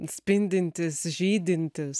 spindintis žydintis